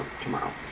tomorrow